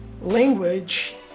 Language